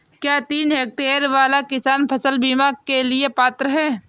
क्या तीन हेक्टेयर वाला किसान फसल बीमा के लिए पात्र हैं?